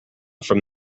from